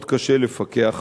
מאוד קשה לפקח עליה,